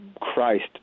Christ